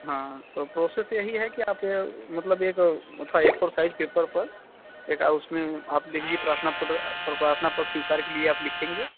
हाँ तो प्रोसेस यही है कि आप मतलब एक ए फोर साइज़ पेपर पर एक उसमें आप लिखिए प्रार्थना पत्र प्रार्थना पत्र स्वीकार के लिए आप लिखेंगे